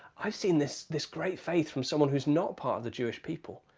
i have seen this this great faith from someone who's not part of the jewish people,